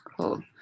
Cool